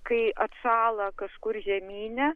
kai atšąla kažkur žemyne